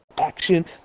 action